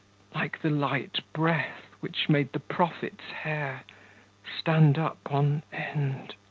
like the light breath which made the prophet's hair stand up on end.